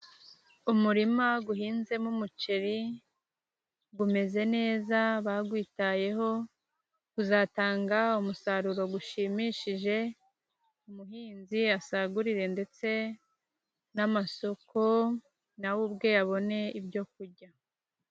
Umurima uhinzemo umuceri umeze neza bawitayeho. Uzatanga umusaruro ushimishije, umuhinzi asagurire ndetse n'amasoko. Na we ubwe abone ibyo kurya.